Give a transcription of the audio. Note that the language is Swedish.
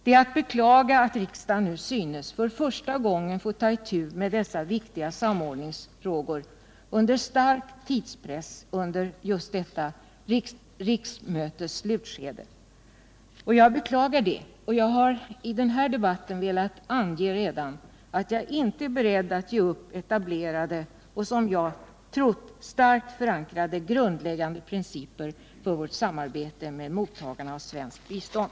Det är att beklaga att riksdagen synes för första gången få ta itu med dessa viktiga samordningsfrågor under stark tidspress i detta riksmötes slutskede. Jag beklagar det och har redan nu velat ange att jag inte är beredd att ge upp etablerade och som jag trodde starkt förankrade grundläggande principer för vårt samarbete med mottagarna av svenskt bistånd.